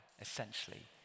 essentially